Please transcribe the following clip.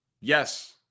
Yes